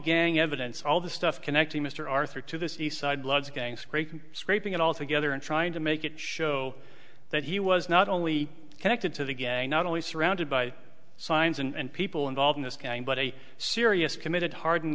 gang evidence all the stuff connecting mr arthur to the seaside bloods gang scraping scraping it all together and trying to make it show that he was not only connected to the gang not only surrounded by signs and people involved in this gang but a serious committed harden